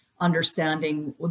understanding